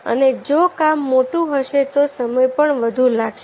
અને જો કામ મોટું હશે તો સમય પણ વધુ લાગશે